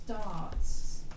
starts